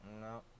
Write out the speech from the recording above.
No